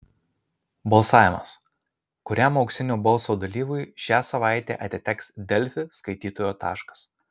balsavimas kuriam auksinio balso dalyviui šią savaitę atiteks delfi skaitytojų taškas